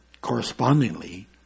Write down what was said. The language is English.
correspondingly